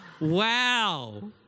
Wow